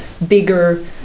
bigger